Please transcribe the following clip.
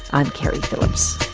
i'm keri phillips